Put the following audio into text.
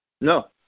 No